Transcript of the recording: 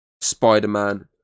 Spider-Man